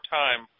time